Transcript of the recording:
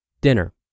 Dinner